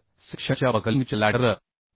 तर सेक्शनच्या बकलिंगच्या लॅटरल